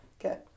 Okay